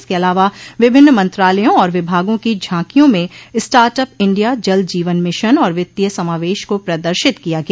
इसके अलावा विभिन्न मंत्रालयों और विभागों की झांकियों में start up India Jal Jeevan mission और वित्तीय समावेश को प्रदर्शित किया गया